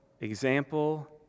example